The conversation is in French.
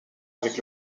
avec